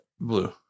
Blue